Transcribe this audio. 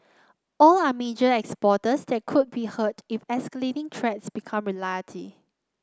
all are major exporters that could be hurt if escalating threats become reality